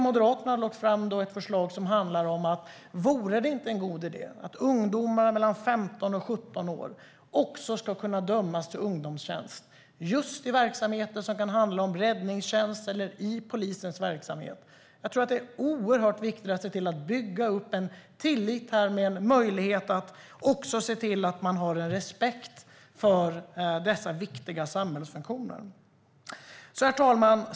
Moderaterna föreslår därför att ungdomar mellan 15 och 17 år ska kunna dömas till ungdomstjänst hos till exempel räddningstjänst och polis. Det är viktigt att bygga upp tillit till och respekt för dessa viktiga samhällsfunktioner. Herr talman!